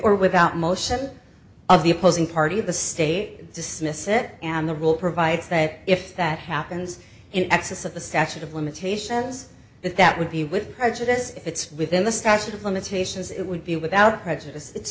or without motion of the opposing party of the state dismiss it and the rule provides that if that happens in excess of the statute of limitations that that would be with prejudice it's within the statute of limitations it would be without prejudice it's